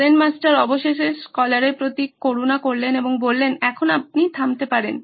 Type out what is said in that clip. gen master অবশেষে স্কলারের প্রতি করুণা করলেন এবং বললেন এখন আপনি থামতে পারেন